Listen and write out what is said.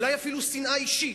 אולי אפילו שנאה אישית,